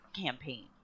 campaign